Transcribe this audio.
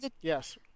Yes